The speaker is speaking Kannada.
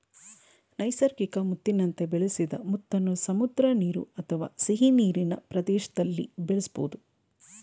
ನೈಸರ್ಗಿಕ ಮುತ್ತಿನಂತೆ ಬೆಳೆಸಿದ ಮುತ್ತನ್ನು ಸಮುದ್ರ ನೀರು ಅಥವಾ ಸಿಹಿನೀರಿನ ಪ್ರದೇಶ್ದಲ್ಲಿ ಬೆಳೆಸ್ಬೋದು